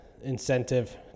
Incentive